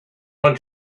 when